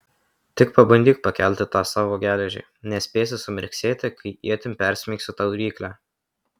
tik pabandyk pakelti tą savo geležį nespėsi sumirksėti kai ietim persmeigsiu tau ryklę